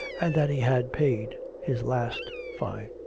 and that he had paid his last fine.